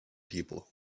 people